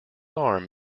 arm